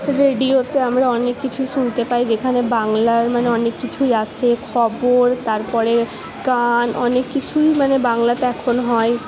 রেডিওতে আমরা অনেক কিছুই শুনতে পাই যেখানে বাংলার মানে অনেক কিছুই আসে খবর তারপরে গান অনেক কিছুই মানে বাংলাতে এখন হয়